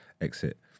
exit